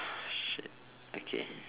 shit okay